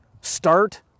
Start